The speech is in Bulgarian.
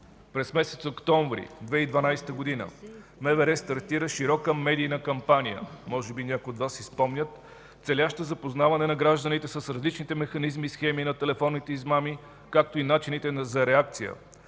През месец октомври 2012 г. МВР стартира широка медийна кампания, може би някои от Вас си спомнят, целяща запознаване на гражданите с различните механизми и схеми на телефонните измами, както и начините за реакция.